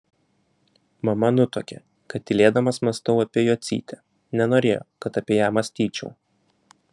mama nutuokė kad tylėdamas mąstau apie jocytę nenorėjo kad apie ją mąstyčiau